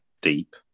deep